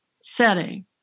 setting